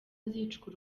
azicwa